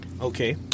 Okay